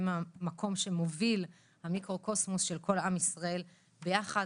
הם המקום שמוביל המיקרוקוסמוס של כל עם ישראל ביחד.